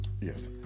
Yes